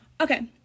Okay